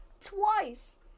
twice